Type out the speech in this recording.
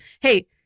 hey